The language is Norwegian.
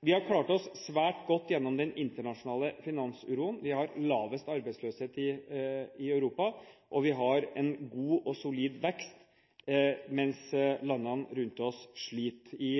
Vi har klart oss svært godt gjennom den internasjonale finansuroen. Vi har lavest arbeidsløshet i Europa, og vi har en god og solid vekst, mens landene rundt oss sliter. I